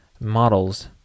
models